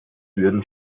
würden